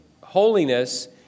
holiness